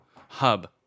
hub